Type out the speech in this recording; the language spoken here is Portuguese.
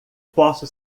posso